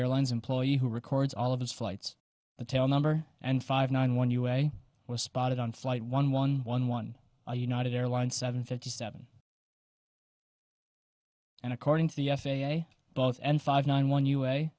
airlines employee who records all of his flights the tail number and five nine one usa was spotted on flight one one one one a united airlines seven fifty seven and according to the f a a both and five nine one u